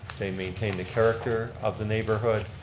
they maintain the character of the neighborhood.